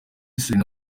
serena